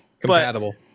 Compatible